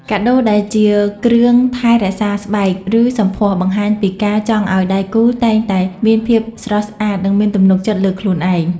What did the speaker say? កាដូដែលជាគ្រឿងថែរក្សាស្បែក ឬសម្ផស្ស បង្ហាញពីការចង់ឱ្យដៃគូតែងតែមានភាពស្រស់ស្អាត និងមានទំនុកចិត្តលើខ្លួនឯង។